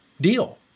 deal